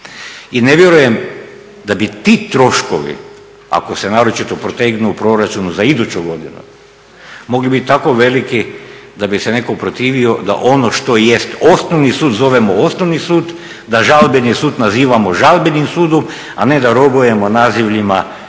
I ne vjerujem da bi ti troškovi, ako se naročito protegnu u proračunu za iduću godinu mogli biti tako veliki da bi se netko protivio da ono što jest Osnovni sud, zovemo osnovni sud, da Žalbeni sud nazivamo žalbenim sudom, a ne da robujemo nazivljima koja